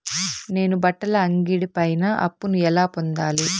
నేను బట్టల అంగడి పైన అప్పును ఎలా పొందాలి?